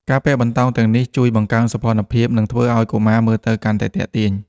ការពាក់បន្តោងទាំងនេះជួយបង្កើនសោភ័ណភាព និងធ្វើឱ្យកុមារមើលទៅកាន់តែទាក់ទាញ។